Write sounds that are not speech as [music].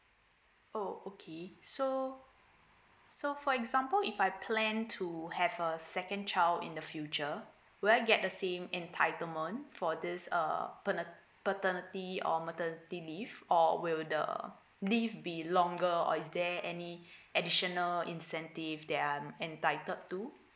oh okay so so for example if I plan to have a second child in the future will I get the same entitlement for this err pane~ paternity or maternity leave or will the leave be longer or is there any [breath] additional incentive that I'm entitled to